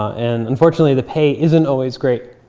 and unfortunately, the pay isn't always great.